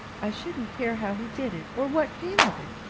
i shouldn't care how he did it, or what came of it.